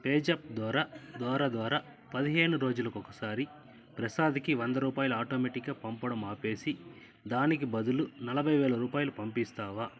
పేజాప్ ద్వారా ద్వారా ద్వారా పదిహేను రోజులకోసారి ప్రసాద్కి వంద రూపాయలు ఆటోమేటిగ్గా పంపడం ఆపేసి దానికి బదులు నలబైవేల రూపాయలు పంపిస్తావా